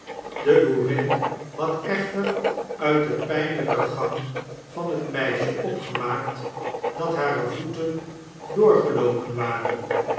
de boerin had echter uit den pijnlijken gang van het meisje opgemaakt dat hare voeten doorgeloopen waren